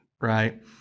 right